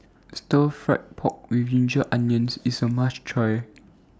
Stir Fried Pork with Ginger Onions IS A must Try